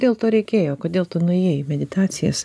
dėl to reikėjo kodėl tu nuėjai į meditacijas